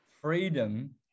freedom